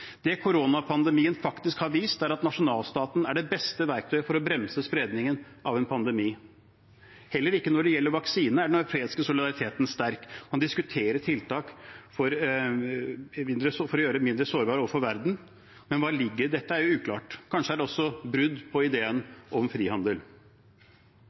Det koronapandemien faktisk har vist, er at nasjonalstaten er det beste verktøyet for å bremse spredningen av en pandemi. Heller ikke når det gjelder vaksine, er den europeiske solidariteten sterk. Man diskuterer tiltak for å gjøre oss mindre sårbare overfor verden, men hva som ligger i dette, er uklart. Kanskje er det også brudd på